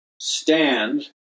stand